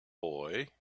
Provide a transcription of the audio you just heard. boy